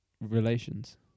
relations